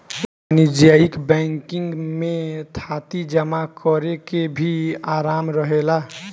वाणिज्यिक बैंकिंग में थाती जमा करेके भी आराम रहेला